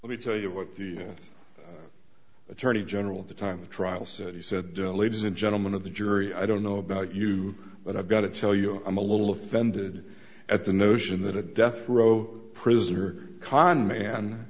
let me tell you what the attorney general at the time of trial said he said ladies and gentlemen of the jury i don't know about you but i've got to tell you i'm a little offended at the notion that a death row prisoner common man